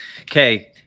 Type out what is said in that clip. Okay